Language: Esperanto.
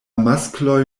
maskloj